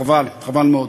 חבל, חבל מאוד.